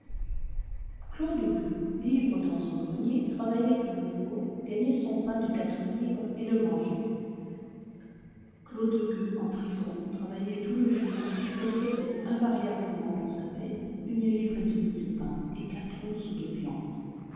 claude gueux libre dans son grenier travaillait tout le jour gagnait son pain de quatre livres et le mangeait claude gueux en prison travaillait tout le jour et recevait invariablement pour sa peine une livre et demie de pain et quatre onces de viande